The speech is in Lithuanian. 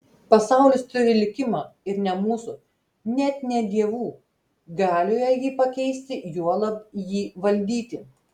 pasaulis turi likimą ir ne mūsų net ne dievų galioje jį pakeisti juolab jį valdyti